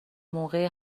موقع